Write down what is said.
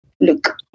look